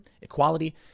equality